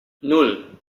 nan